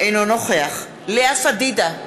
אינו נוכח לאה פדידה,